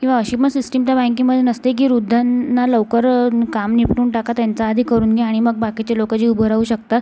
किंवा अशी मग सिस्टिम त्या बँकेमध्ये नसते की वृद्धांना लवकर काम निपटून टाका त्यांचं आधी करून घ्या आणि मग बाकीचे लोक जे उभं राहू शकतात